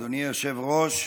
אדוני היושב-ראש,